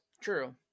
True